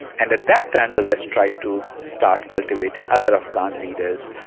and at that time, the west tried to start cultivating other afghan leaders,